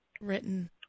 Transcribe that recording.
Written